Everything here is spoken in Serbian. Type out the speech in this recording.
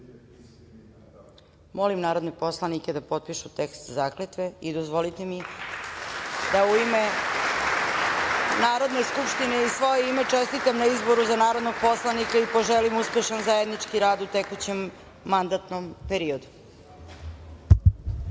narodne poslanike da pristupe potpisivanju teksta zakletve. Dozvolite mi da u ime Narodne skupštine i svoje ime čestitam na izboru za narodnog poslanika i poželim uspešan zajednički rad u tekućem mandatnom